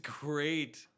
great